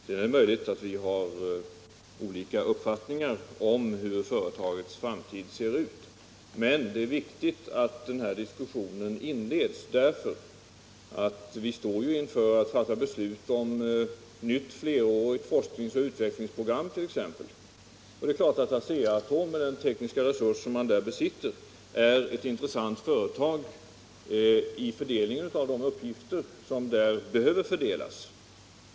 Det är möjligt att vi har olika uppfattningar om hur företagets framtid ser ut, men det är viktigt att denna diskussion kommer därför att riksdagen står i begrepp att fatta beslut om ett nytt flerårigt forskningsoch utvecklingsprogram, och det är klart att Asea-Atom — med de tekniska resurser som man där besitter — är ett intressant företag vid fördelningen av de uppgifter som då behöver fördelas.